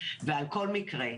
ועל כל מקרה,